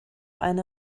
eine